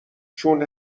چون